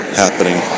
happening